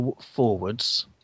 forwards